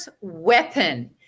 weapon